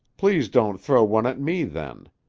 please don't throw one at me, then.